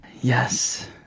Yes